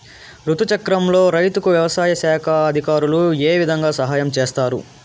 రుతు చక్రంలో రైతుకు వ్యవసాయ శాఖ అధికారులు ఏ విధంగా సహాయం చేస్తారు?